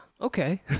okay